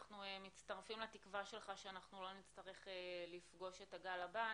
אנחנו מצטרפים לתקווה שלך שלא נצטרך לפגוש את הגל הבא.